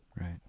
Right